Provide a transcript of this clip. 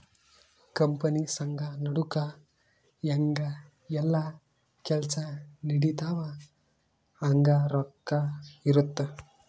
company ಸಂಘ ನಡುಕ ಹೆಂಗ ಯೆಲ್ಲ ಕೆಲ್ಸ ನಡಿತವ ಹಂಗ ರೊಕ್ಕ ಇರುತ್ತ